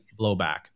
Blowback